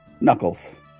knuckles